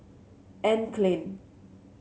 Anne Klein